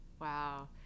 Wow